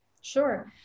Sure